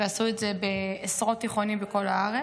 ועשו את זה בעשרות תיכונים בכל הארץ.